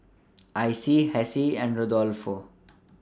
Icie Hessie and Rodolfo